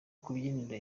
kubyinira